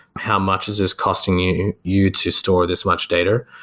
how much is this costing you you to store this much data.